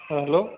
ହଁ ହ୍ୟାଲୋ